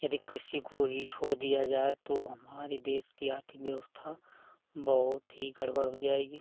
यदि कृषि को ही छोड़ दिया जाए तो हमारे देश की आर्थिक व्यवस्था बहुत ही गड़बड़ हो जाएगी